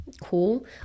cool